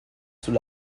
sous